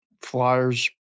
Flyers